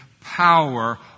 power